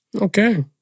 Okay